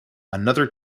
another